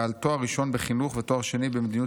בעל תואר ראשון בחינוך ותואר שני במדיניות